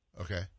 Okay